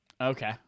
Okay